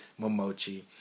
Momochi